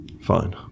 fine